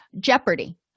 jeopardy